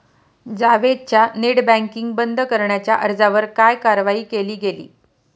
जावेदच्या net banking बंद करण्याच्या अर्जावर काय कारवाई केली गेली?